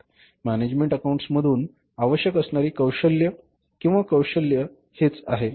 management अकाउंटंट्सकडून आवश्यक असणारी कौशल्य किंवा कौशल्य हेच आहे